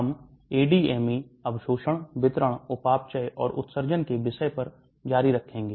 हम ADME अवशोषण वितरण उपापचय और उत्सर्जन के विषय पर जारी रखेंगे